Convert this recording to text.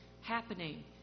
happening